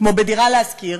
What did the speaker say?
כמו ב"דירה להשכיר",